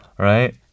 Right